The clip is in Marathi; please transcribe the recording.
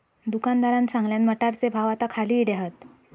दुकानदारान सांगल्यान, मटारचे भाव आता खाली इले हात